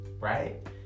right